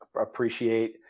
Appreciate